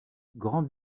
grand